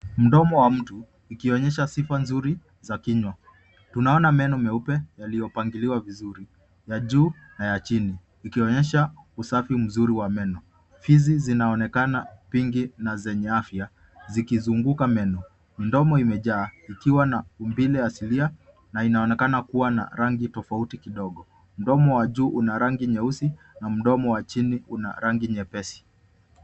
Mdomo wa mtu ukionyesha sifa nzuri za kinywa. Tunaona meno meupe yaliyopangiliwa vizuri, ya juu na ya chini ikionyesha usafi mzuri wa meno. Fizi zinaonekana pinki na zenye afya zikizunguka meno. Mdomo imejaa ikiwa na umbile asilia na inaonekana kuwa na rangi tofauti kidogo. Mdomo wa juu una rangi nyeusi na mdomo wa chini una rangi nyepesi.